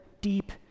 deep